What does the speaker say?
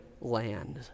land